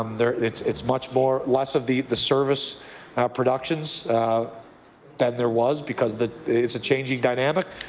um there it's it's much more less of the the service productions than there was because the it's a changing dynamic.